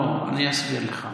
לא, אני אסביר לך.